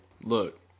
Look